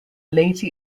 leyte